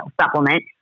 supplement